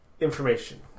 information